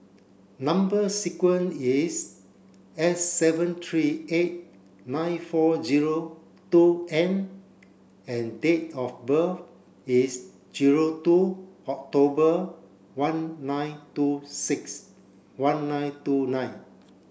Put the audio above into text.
number sequence is S seven three eight nine four zero two N and date of birth is zero two October one nine two six one nine two nine